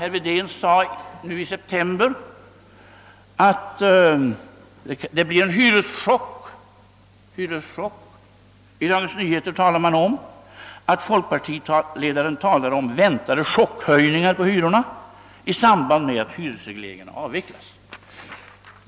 Herr Wedén sade i september i år att regeringsförslagets förverkligande kommer att medföra en hyreschock. Och Dagens Nyheter skrev att folkpartiledaren talat om väntade chockhöjningar av hyrorna i samband med hyresregleringens avveckling.